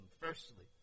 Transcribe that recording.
firstly